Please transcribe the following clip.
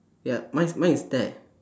ya mine is mine is ted